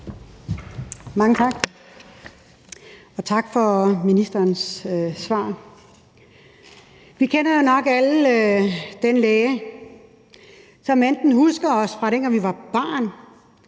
Mange tak. Og tak for ministerens besvarelse. Vi kender jo nok alle den læge, som enten husker en, fra dengang man var barn,